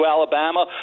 Alabama